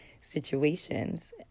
situations